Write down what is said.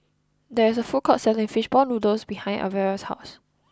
there is a food court selling Fish Ball Noodles behind Alvera's house